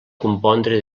compondre